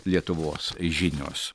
lietuvos žinios